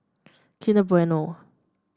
Kinder Bueno